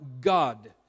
God